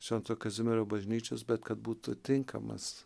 švento kazimiero bažnyčios bet kad būtų tinkamas